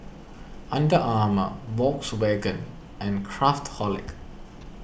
Under Armour Volkswagen and Craftholic